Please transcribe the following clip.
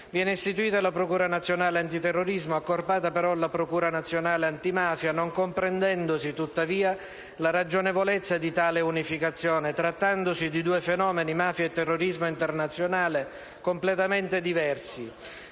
istituita la procura nazionale antiterrorismo, accorpata però alla procura nazionale antimafia, non comprendendosi tuttavia la ragionevolezza di tale unificazione, trattandosi di due fenomeni, mafia e terrorismo internazionale, completamente diversi.